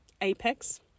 apex